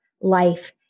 life